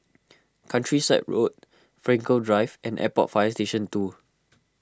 Countryside Road Frankel Drive and Airport Fire Station two